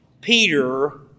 Peter